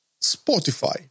Spotify